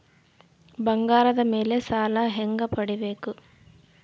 ಬಂಗಾರದ ಮೇಲೆ ಸಾಲ ಹೆಂಗ ಪಡಿಬೇಕು?